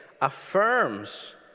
affirms